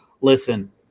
Listen